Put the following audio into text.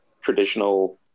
traditional